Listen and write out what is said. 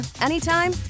anytime